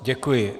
Děkuji.